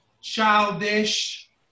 childish